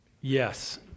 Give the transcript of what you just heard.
Yes